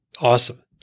Awesome